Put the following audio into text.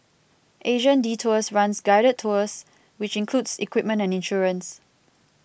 Asian Detours runs guided tours which includes equipment and insurance